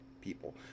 people